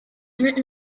written